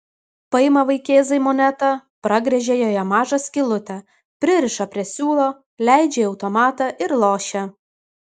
paima vaikėzai monetą pragręžia joje mažą skylutę pririša prie siūlo leidžia į automatą ir lošia